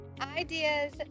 Ideas